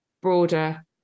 broader